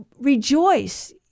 Rejoice